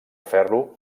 ferro